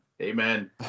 Amen